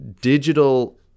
digital